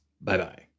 Bye-bye